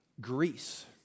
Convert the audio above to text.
Greece